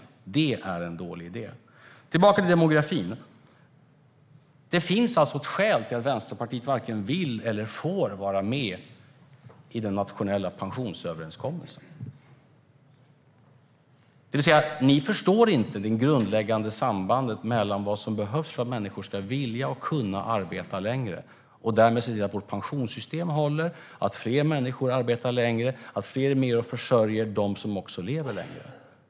Det är en dålig idé. Låt oss gå tillbaka till demografin. Det finns ett skäl till att Vänsterpartiet varken vill eller får vara med i den nationella pensionsöverenskommelsen: Ni förstår inte det grundläggande sambandet när det gäller vad som behövs för att människor ska kunna och vilja arbeta längre och därmed se till att vårt pensionssystem håller, att fler människor arbetar längre och att fler är med och försörjer pensionärerna, som också lever längre.